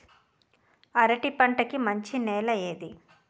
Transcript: అరటి పంట కి మంచి నెల ఏది?